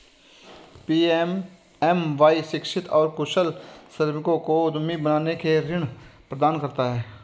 PMMY शिक्षित और कुशल श्रमिकों को उद्यमी बनने के लिए ऋण प्रदान करता है